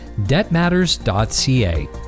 debtmatters.ca